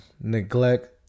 neglect